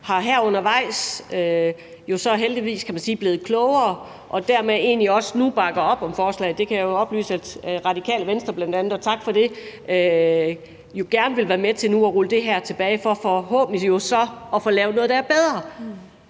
her undervejs jo heldigvis, kan man sige, er blevet klogere og dermed nu også bakker op om forslaget – det kan jeg oplyse bl.a. er Radikale Venstre, og tak for det – og gerne vil være med til at rulle det her tilbage for forhåbentlig jo så at få lavet noget, der er bedre.